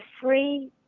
free